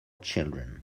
children